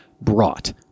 brought